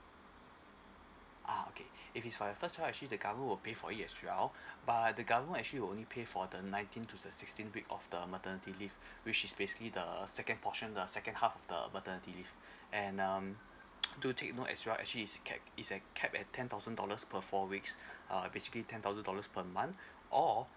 ah okay if it's for your first child actually the government will pay for it as well but the government actually will only pay for the nineteen to the sixteen week of the maternity leave which is basically the second portion the second half the maternity leave and um do take note as well actually is a is a cap at ten thousand dollars per four weeks uh basically ten thousand dollars per month or